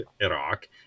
Iraq